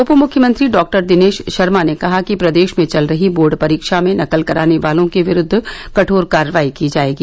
उप मुख्यमंत्री डॉ दिनेश शर्मा ने कहा कि प्रदेश में चल रही बोर्ड परीक्षा में नकल कराने वालों के विरूद्व कठोर कार्रवाई की जाएगी